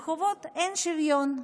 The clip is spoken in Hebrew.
אין שוויון.